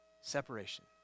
Separation